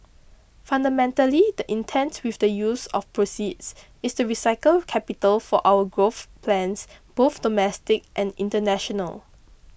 fundamentally the intent with the use of proceeds is to recycle capital for our growth plans both domestic and international